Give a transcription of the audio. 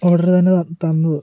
order തന്നെ തന്നത്